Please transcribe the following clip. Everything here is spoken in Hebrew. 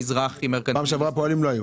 בפעם שעברה פועלים לא היו.